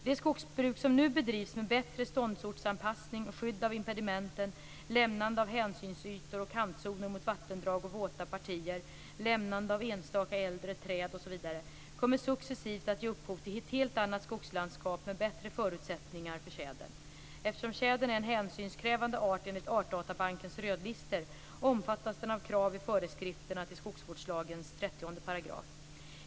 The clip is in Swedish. Det skogsbruk som nu bedrivs med bättre ståndortsanpassning, skydd av impedimenten, lämnande av hänsynsytor och kantzoner mot vattendrag och våta partier, lämmnande av enstaka äldre träd osv. kommer successivt att ge upphov till ett helt annat skogslandskap med bättre förutsättningar för tjädern. Eftersom tjädern är en hänsynskrävande art enligt Artdatabankens rödlistor, omfattas den av krav i föreskrifterna till skogsvårdslagens 30 §.